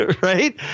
Right